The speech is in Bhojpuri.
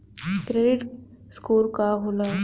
क्रेडीट स्कोर का होला?